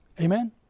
Amen